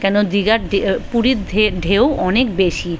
কেন দীঘার ঢে পুরীর ধে ঢেউ অনেক বেশি